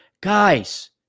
Guys